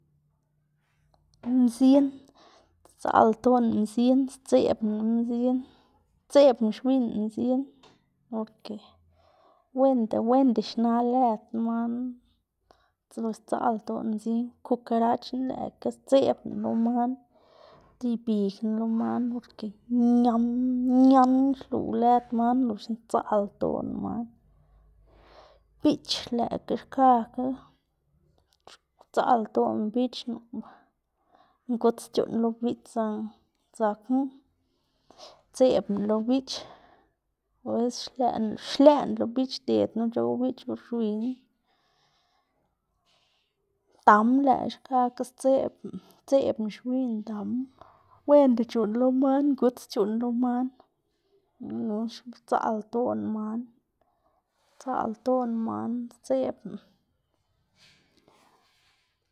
mzin sdzaꞌlda ldoꞌná mzin, sdzeꞌbná lo mzin, sdzeꞌbná xwiyná mzin, porke wenda wenda xna lëd man, asdzaꞌlda ldoꞌná mzin. Kukarachna lëꞌkga sdzeꞌbná lo man di ibigná lo man porke ñan ñan xluꞌw lëd man, loxna sdzaꞌlda ldoꞌná man. Biꞌch lëꞌkga xkakga sdzaꞌlda ldoꞌná biꞌch, ngudz c̲h̲uꞌnn lo biꞌch zakná dzakná, sdzeꞌbná lo biꞌch abeces xlëꞌná xlëꞌná lo biꞌch xdednu c̲h̲ow biꞌch or xwiyná. dam lëꞌkga xkakga sdzeꞌbná sdzeꞌbná xwiyná dam, wenda c̲h̲uꞌnn lo man ngudz c̲h̲uꞌnn lo man, loxna gunu sdzaꞌlda ldoꞌná man, sdzaꞌlda ldoꞌná man sdzeꞌbná.